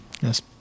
Yes